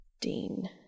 Dean